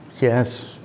Yes